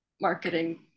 marketing